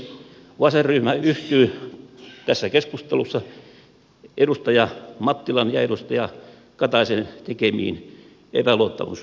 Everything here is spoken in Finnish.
vasenryhmä yhtyy tässä keskustelussa edustaja mattilan ja edustaja kataisen tekemiin epäluottamusponsiin